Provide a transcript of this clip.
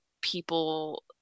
people